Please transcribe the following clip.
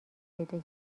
پیدا